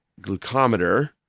glucometer